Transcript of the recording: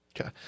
Okay